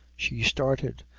she started,